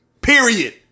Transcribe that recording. Period